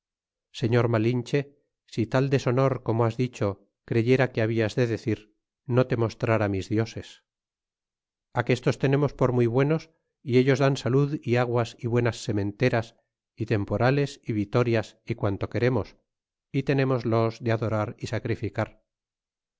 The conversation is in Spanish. señor malinche si tal deshonor como has dicho creyera que hablas de decir no te mostrara mis dioses aquestos tenemos por muy buenos y ellos dan salud y aguas y buenas sementeras y temporales y vitorias y quanto queremos y tené los de adorar y sacrificar